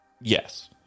Yes